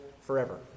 forever